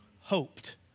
hoped